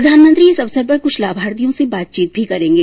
प्रधानमंत्री इस अवसर पर क्छ लाभार्थियों से बातचीत भी करेंगे